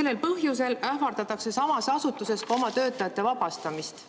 Sellel põhjusel ähvardatakse samas asutuses oma töötajaid [töölt]